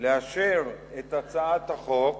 לאשר את הצעת החוק